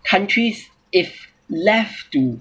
countries if left to